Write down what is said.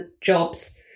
jobs